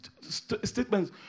statements